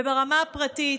וברמה הפרטית,